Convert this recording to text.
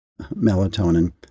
melatonin